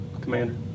commander